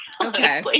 Okay